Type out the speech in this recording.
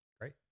great